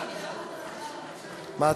זהו?